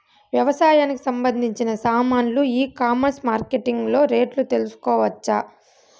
వ్యవసాయానికి సంబంధించిన సామాన్లు ఈ కామర్స్ మార్కెటింగ్ లో రేట్లు తెలుసుకోవచ్చా?